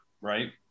right